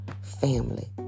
family